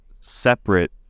separate